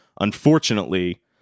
unfortunately